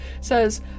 says